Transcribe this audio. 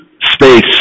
space